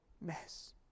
mess